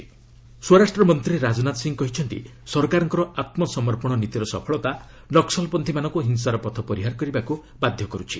Rajnath Maoists ସ୍ୱରାଷ୍ଟ୍ରମନ୍ତ୍ରୀ ରାଜନାଥ ସିଂ କହିଛନ୍ତି ସରକାରଙ୍କ ଆତ୍କସମର୍ପଣ ନୀତିର ସଫଳତା ନକ୍କଲପନ୍ଥୀମାନଙ୍କୁ ହିଂସାର ପଥ ପରିହାର କରିବାକୁ ବାଧ୍ୟ କରୁଛି